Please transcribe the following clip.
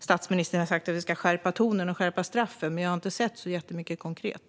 Statsministern har sagt att vi ska skärpa tonen och skärpa straffen, men jag har inte sett så jättemycket konkret.